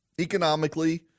Economically